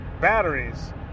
batteries